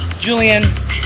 Julian